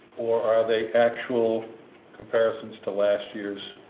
or are they actual comparisons to last year's?